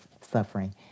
suffering